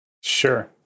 Sure